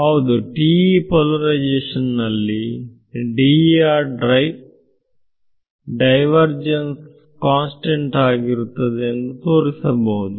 ಹೌದು TE polarisation ನಲ್ಲಿ D ಯ ಡೈವರ್ ಜೆನ್ಸ್ ಕಾನ್ಸ್ಟೆಂಟ್ ಆಗಿರುತ್ತದೆ ಎಂದು ತೋರಿಸಬಹುದು